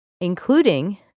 including